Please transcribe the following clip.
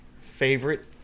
favorite